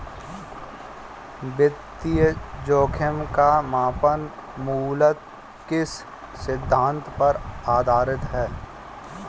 वित्तीय जोखिम का मापन मूलतः किस सिद्धांत पर आधारित है?